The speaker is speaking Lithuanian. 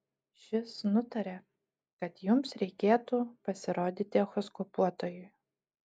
šis nutarė kad jums reikėtų pasirodyti echoskopuotojui